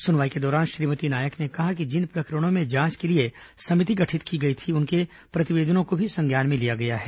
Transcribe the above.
सुनवाई के दौरान श्रीमती नायक ने कहा कि जिन प्रकरणों में जांच के लिए समिति गठित की गई थी उनके प्रतिवेदनों को भी संज्ञान में लिया गया है